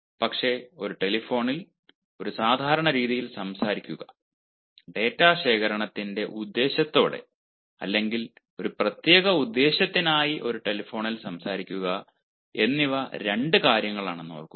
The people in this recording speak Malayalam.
പക്ഷേ ഒരു ടെലിഫോണിൽ ഒരു സാധാരണ രീതിയിൽ സംസാരിക്കുക ഡാറ്റാ ശേഖരണത്തിന്റെ ഉദ്ദേശ്യത്തോടെ അല്ലെങ്കിൽ ഒരു പ്രത്യേക ഉദ്ദേശ്യത്തിനായി ഒരു ടെലിഫോണിൽ സംസാരിക്കുക എന്നിവ രണ്ട് കാര്യങ്ങളാണെന്ന് ഓർമ്മിക്കുക